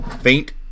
faint